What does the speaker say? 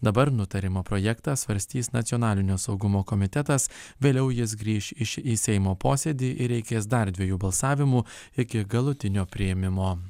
dabar nutarimo projektą svarstys nacionalinio saugumo komitetas vėliau jis grįš į seimo posėdį ir reikės dar dviejų balsavimų iki galutinio priėmimo